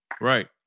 right